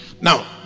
now